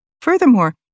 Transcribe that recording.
Furthermore